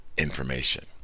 information